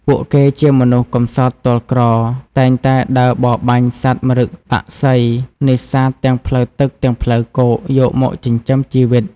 ពួកគេជាមនុស្សកម្សត់ទាល់ក្រ តែងតែដើរបរបាញ់សត្វម្រឹគបក្សី នេសាទទាំងផ្លូវទឹកទាំងផ្លូវគោក យកមកចិញ្ចឹមជីវិត។